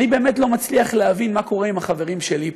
אני באמת לא מצליח להבין מה קורה עם החברים שלי פה,